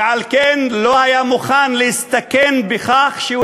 ועל כן הוא לא היה מוכן להסתכן בכך שהוא